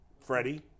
Freddie